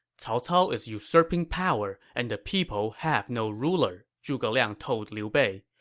cao cao is usurping power, and the people have no ruler, zhuge liang told liu bei.